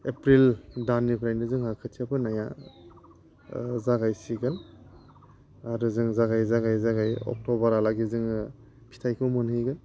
April दाननिफ्रायनो जोङो खोथिया फोनाया जागायसिगोन आरो जों जागायै जागायै अक्ट'बरहालागै जोङो फिथाइखौ मोनहैगोन